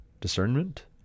discernment